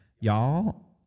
Y'all